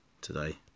today